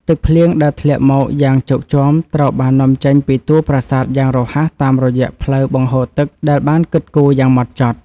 ទឹកភ្លៀងដែលធ្លាក់មកយ៉ាងជោកជាំត្រូវបាននាំចេញពីតួប្រាសាទយ៉ាងរហ័សតាមរយៈផ្លូវបង្ហូរទឹកដែលបានគិតគូរយ៉ាងហ្មត់ចត់។